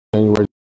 January